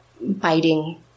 biting